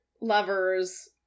lovers